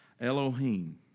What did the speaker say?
Elohim